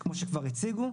כמו שכבר הציגו.